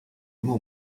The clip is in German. immer